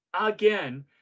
again